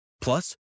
Plus